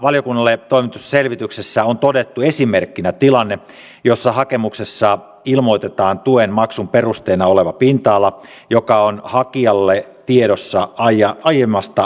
valiokunnalle toimitusselvityksessä on todettu esimerkkinä tilanne jossa hakemuksessa ilmoitetaan tuen maksun perusteena oleva pinta ala joka on hakijalla tiedossa aiemmasta digitoinnista